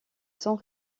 sans